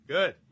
Good